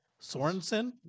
Sorensen